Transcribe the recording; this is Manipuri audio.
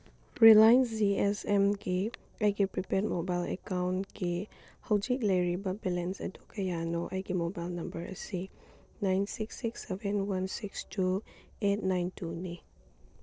ꯔꯤꯂꯥꯏꯟꯁ ꯖꯤ ꯑꯦꯁ ꯑꯦꯝꯒꯤ ꯑꯩꯒꯤ ꯄ꯭ꯔꯤꯄꯦꯠ ꯃꯣꯕꯥꯏꯜ ꯑꯦꯀꯥꯎꯟꯀꯤ ꯍꯧꯖꯤꯛ ꯂꯩꯔꯤꯕ ꯕꯦꯂꯦꯟꯁ ꯑꯗꯨ ꯀꯌꯥꯅꯣ ꯑꯩꯒꯤ ꯃꯣꯕꯥꯏꯜ ꯅꯝꯕꯔ ꯑꯁꯤ nine six six seven one six two eight nine ꯇꯨꯅꯤ